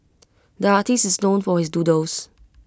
the artist is known for his doodles